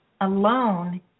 Alone